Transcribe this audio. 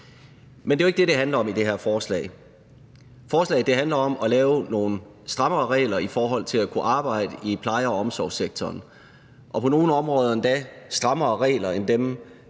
Men det er jo ikke det, det handler om i det her forslag. Forslaget handler om at lave nogle strammere regler i forhold til at kunne arbejde i pleje- og omsorgssektoren – og på nogle områder endda strammere regler end dem,